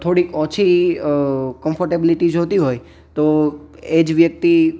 થોડીક ઓછી કન્ફોરટેબિલિટી જોઈતી હોય તો એ જ વ્યક્તિ